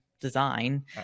design